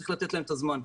צריך לתת להם את הזמן.